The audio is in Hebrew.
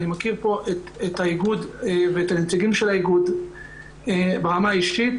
אני מכיר את האיגוד ואת הנציגים של האיגוד ברמה אישית,